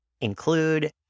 include